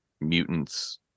mutants